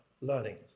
learning